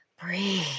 breathe